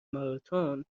ماراتن